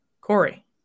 Corey